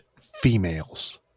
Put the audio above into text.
females